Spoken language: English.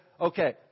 Okay